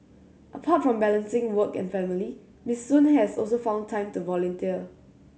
apart from balancing work and family Miss Sun has also found time to volunteer